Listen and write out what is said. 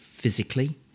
Physically